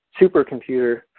supercomputer